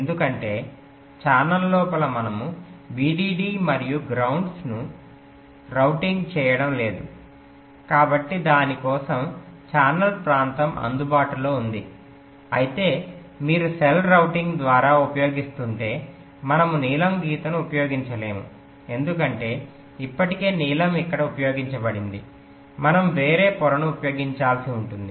ఎందుకంటే ఛానెల్ లోపల మనము VDD మరియు గ్రౌండ్ను రౌటింగ్ చేయడం లేదు కాబట్టి దాని కోసం ఛానెల్ ప్రాంతం అందుబాటులో ఉంది అయితే మీరు సెల్ రౌటింగ్ ద్వారా ఉపయోగిస్తుంటే మనము నీలం గీతను ఉపయోగించలేము ఎందుకంటే ఇప్పటికే నీలం ఇక్కడ ఉపయోగించబడింది మనం వేరే పొరను ఉపయోగించాల్సి ఉంటుంది